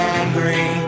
angry